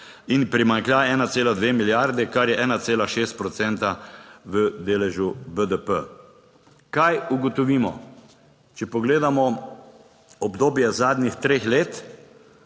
in primanjkljaj 1,2 milijardi, kar je 1,6 procenta v deležu BDP. Kaj ugotovimo, če pogledamo obdobje zadnjih treh let?